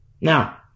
Now